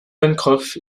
pencroff